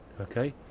okay